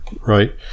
right